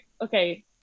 okay